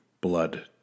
Blood